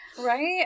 right